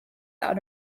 out